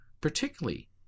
particularly